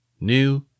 New